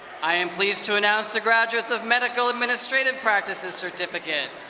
i am pleased to announce the graduates of medical administrative practices certificate.